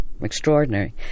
extraordinary